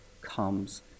comes